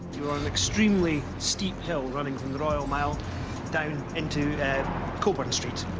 we're on an extremely steep hill running from the royal mile down into coburn street.